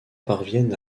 parviennent